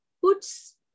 puts